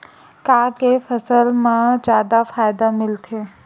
का के फसल मा जादा फ़ायदा मिलथे?